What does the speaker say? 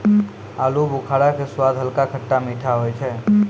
आलूबुखारा के स्वाद हल्का खट्टा मीठा होय छै